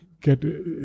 get